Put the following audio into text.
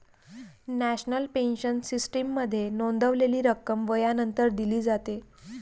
national pension सिस्टीममध्ये नोंदवलेली रक्कम वयानंतर दिली जाते